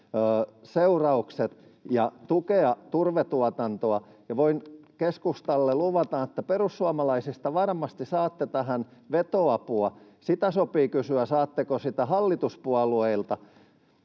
seuraukset ja tukea turvetuotantoa, ja voin keskustalle luvata, että perussuomalaisista varmasti saatte tähän vetoapua. Sitä sopii kysyä, saatteko sitä hallituspuolueilta,